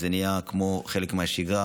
וזה נהיה כמו חלק מהשגרה,